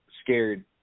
scared